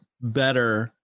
better